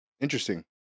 Interesting